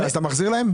מחזיר להם?